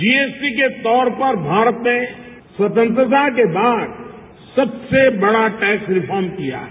जी S T के तौर पर भारत ने स्वतंत्रता के बाद सबसे बड़ा टैक्स रिफोम किया है